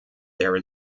there